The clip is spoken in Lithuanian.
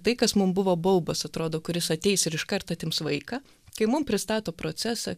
tai kas mum buvo baubas atrodo kuris ateis ir iškart atims vaiką kai mum pristato procesą